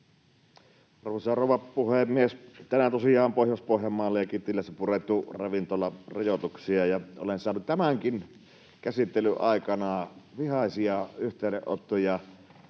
Arvoisa rouva puhemies! Tänään tosiaan on Pohjois-Pohjanmaalla ja Kittilässä purettu ravintolarajoituksia, ja olen saanut tämänkin käsittelyn aikana Pohjois-Savosta